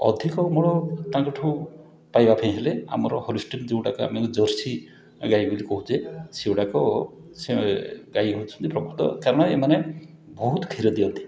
ଅଧିକ ଅମଳ ତାଙ୍କଠୁ ପାଇବା ପାଇଁ ହେଲେ ଆମର ହଲଷ୍ଟେନ୍ ଯେଉଁଟାକୁ ଆମେ ଜର୍ସି ଗାଈ ବୋଲି କହୁଛେ ସେଗୁଡ଼ାକ ସେ ଗାଈ ହେଉଛନ୍ତି ପ୍ରକୃତ କାମ ଏମାନେ ବହୁତ କ୍ଷୀର ଦିଅନ୍ତି